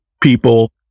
people